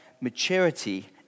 maturity